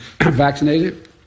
vaccinated